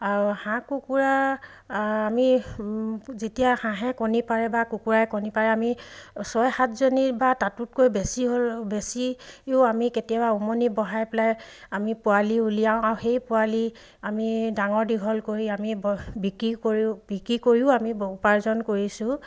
আৰু হাঁহ কুকুৰা আমি যেতিয়া হাঁহে কণী পাৰে বা কুকুৰাই কণী পাৰে আমি ছয় সাতজনী বা তাতোতকৈ বেছি হ'ল বেছিও আমি কেতিয়াবা উমনি বঢ়াই পেলাই আমি পোৱালি উলিয়াওঁ আৰু সেই পোৱালি আমি ডাঙৰ দীঘল কৰি আমি বিক্ৰী কৰিও বিক্ৰী কৰিও আমি উপাৰ্জন কৰিছোঁ